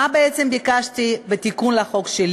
מה בעצם ביקשתי בתיקון שלי לחוק?